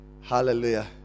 Hallelujah